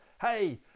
hey